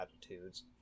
attitudes